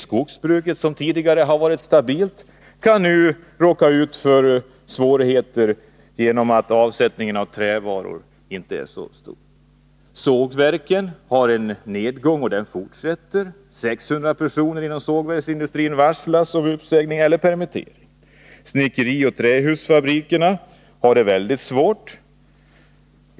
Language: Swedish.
Skogsbruket, som tidigare har varit stabilt, kan nu råka ut för svårigheter genom att avsättningen för trävaror inte är så stor. Sågverken visar en nedgång, och den nedgången fortsätter. 600 personer inom sågverksindustrin varslas om uppsägning eller permittering. Snickerioch trähusfabrikerna har det mycket svårt.